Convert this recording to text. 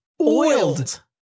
oiled